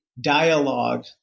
dialogue